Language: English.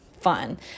fun